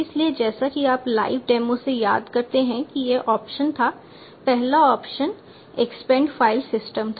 इसलिए जैसा कि आप लाइव डेमो से याद करते हैं कि यह ऑप्शन था पहला ऑप्शन एक्सपेंड फाइल सिस्टम था